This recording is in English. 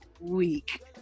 week